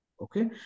Okay